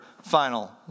final